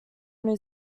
new